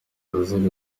ozil